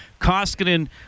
Koskinen